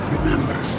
Remember